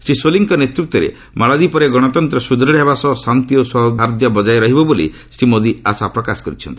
ଶ୍ରୀ ସୋଲିଙ୍କ ନେତୃତ୍ୱରେ ମାଲଦ୍ୱିପରେ ଗଣତନ୍ତ୍ର ସୁଦୂଢ ହେବା ସହ ଶାନ୍ତି ଓ ସୌହାର୍ଦ୍ଧ୍ୟ ବଜାୟ ରହିବ ବୋଲି ଶ୍ରୀ ମୋଦି ଆଶାପ୍ରକାଶ କରିଛନ୍ତି